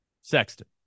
Sexton